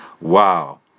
Wow